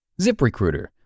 ZipRecruiter